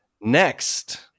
next